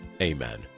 Amen